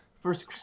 First